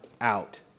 out